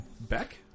Beck